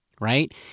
right